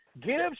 give